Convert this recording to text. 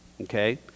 Okay